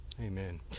Amen